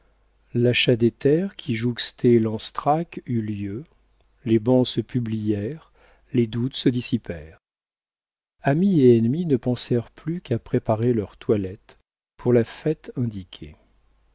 l'achat des terres qui jouxtaient lanstrac eut lieu les bans se publièrent les doutes se dissipèrent amis et ennemis ne pensèrent plus qu'à préparer leurs toilettes pour la fête indiquée